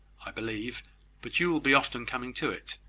i believe but you will be often coming to it.